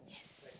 yes